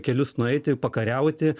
kelius nueiti pakariauti